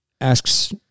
asks